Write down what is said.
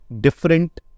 different